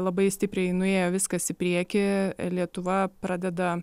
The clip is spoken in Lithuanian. labai stipriai nuėjo viskas į priekį lietuva pradeda